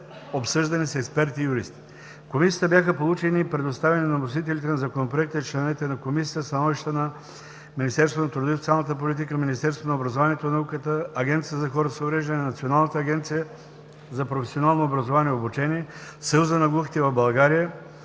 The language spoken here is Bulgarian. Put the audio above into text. обсъждане с експерти и юристи. В Комисията бяха получени и предоставени на вносителите на Законопроекта и членовете на Комисията становища на Министерството на труда и социалната политика, Министерството на образованието и науката, Агенцията за хората с увреждания, Националната агенция за професионално образование и обучение, Съюза на глухите в България,